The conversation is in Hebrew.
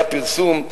היה פרסום,